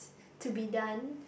to be done